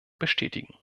bestätigen